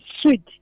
sweet